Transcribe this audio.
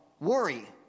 worry